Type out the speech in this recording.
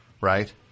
right